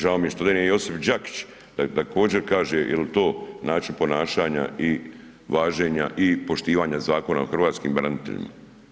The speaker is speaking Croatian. Žao mi je što ovde nije Josip Đakić da također kaže jel to način ponašanja i važenja i poštivanja Zakona o hrvatskim braniteljima.